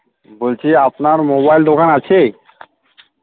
বলছি আপনার মোবাইল দোকান আছে